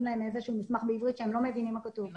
להם איזשהו מסמך בעברית שהם לא מבינים מה כתוב בו.